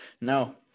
No